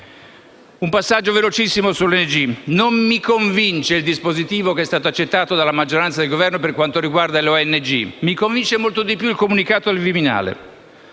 Un passaggio velocissimo sulle ONG. Non mi convince il dispositivo che è stato accettato dalla maggioranza di Governo per quanto riguarda le ONG. Mi convince molto di più il comunicato del Viminale,